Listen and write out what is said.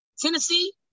tennessee